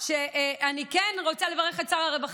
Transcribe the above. זה על עצם העובדה שאני מכנסת דיון חירום,